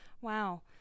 Wow